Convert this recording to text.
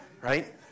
Right